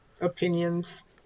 opinions